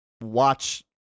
watch